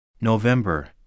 November